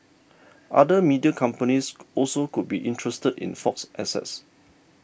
other media companies also could be interested in Fox's assets